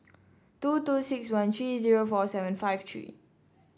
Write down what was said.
two two six one three zero four seven five three